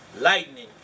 Lightning